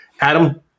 adam